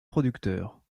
producteurs